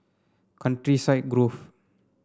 Countryside Grove